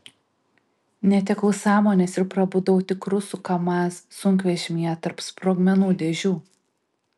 netekau sąmonės ir prabudau tik rusų kamaz sunkvežimyje tarp sprogmenų dėžių